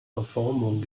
verformung